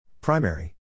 Primary